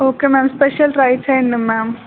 okay ma'am special rice అయడి ma'am